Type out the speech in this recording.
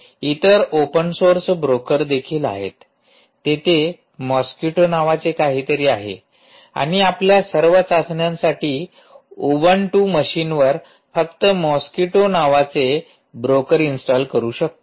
इतर open source broker देखील आहेत तेथे मॉस्किटो नावाचे काहीतरी आहे आणि आपण आपल्या सर्व चाचण्यांसाठी उबंटू मशीनवर फक्त मॉस्किटो नावाचे ब्रोकर इन्स्टॉल करू शकतो